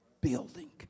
building